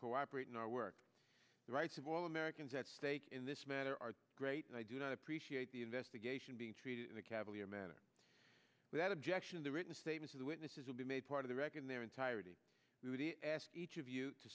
cooperate in our work the rights of all americans at stake in this matter are great and i do not appreciate the investigation being treated in a cavalier manner without objection the written statements of the witnesses will be made part of the wreck in their entirety through the ask each of you to